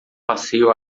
passeio